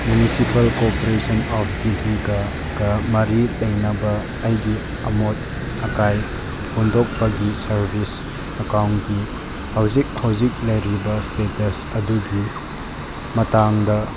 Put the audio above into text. municipal corporation of ꯗꯦꯜꯍꯤꯒꯀ ꯃꯔꯤ ꯂꯩꯅꯕ ꯑꯩꯒꯤ ꯑꯃꯣꯠ ꯑꯀꯥꯏ ꯍꯨꯟꯗꯣꯛꯄꯒꯤ ꯁꯥꯔꯕꯤꯁ ꯑꯦꯛꯀꯥꯎꯟꯒꯤ ꯍꯧꯖꯤꯛ ꯍꯧꯖꯤꯛ ꯂꯩꯔꯤꯕ ꯏꯁꯇꯦꯇꯁ ꯑꯗꯨꯒꯤ ꯃꯇꯥꯡꯗ